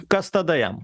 kas tada jam